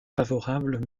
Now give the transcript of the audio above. favorables